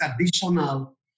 traditional